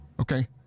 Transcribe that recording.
Okay